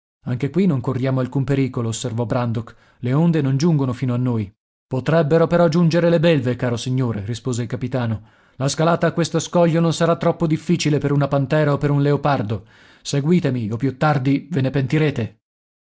anche qui non corriamo alcun pericolo osservò brandok le onde non giungono fino a noi potrebbero però giungere le belve caro signore rispose il capitano la scalata a questo scoglio non sarà troppo difficile per una pantera o per un leopardo seguitemi o più tardi ve ne pentirete